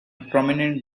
prominent